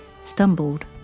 stumbled